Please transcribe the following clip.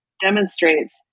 demonstrates